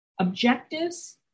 objectives